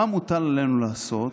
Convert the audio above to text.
"מה מוטל עלינו לעשות?